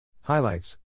Highlights